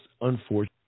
unfortunate